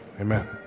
Amen